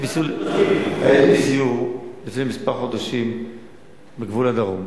הייתי בסיור לפני כמה חודשים בגבול הדרום,